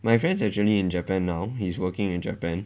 my friend's actually in japan now he's working in japan